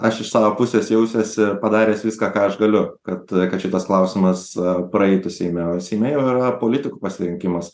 aš iš savo pusės jausiuosi padaręs viską ką aš galiu kad kad šitas klausimas praeitų seime o seime jau yra politikų pasirinkimas